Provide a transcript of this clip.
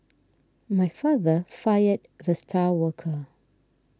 my father fired the star worker